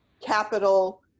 capital